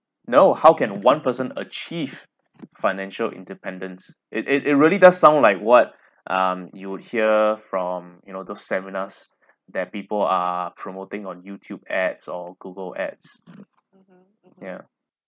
no how can one person achieve financial independence it it it really does sound like what um you'd hear from you know those seminars that people are promoting on youtube ads or google ads ya